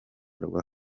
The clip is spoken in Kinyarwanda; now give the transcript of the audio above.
rwa